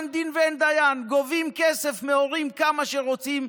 אין דין ואין דיין: גובים כסף מהורים כמה שרוצים,